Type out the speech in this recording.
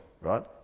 right